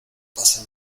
pasa